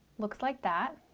looks like that